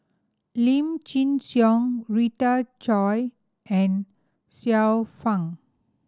Lim Chin Siong Rita Chao and Xiu Fang